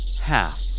Half